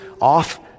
off